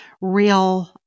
real